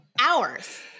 hours